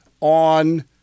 on